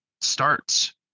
starts